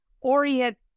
orient